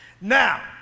Now